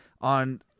on